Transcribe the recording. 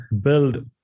build